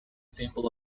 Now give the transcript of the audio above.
symbol